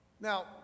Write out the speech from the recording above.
Now